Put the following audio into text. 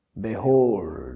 Behold